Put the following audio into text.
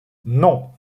non